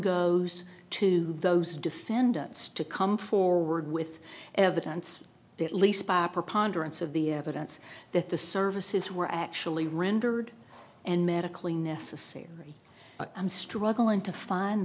goes to those defendants to come forward with evidence at least by a preponderance of the evidence that the services were actually rendered and medically necessary i'm struggling to find